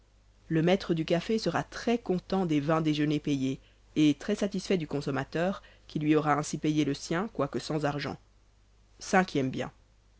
le maître du café sera très-content des vingt déjeûners payés et très-satisfait du consommateur qui lui aura ainsi payé le sien quoique sans argent cinquième bien